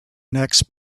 next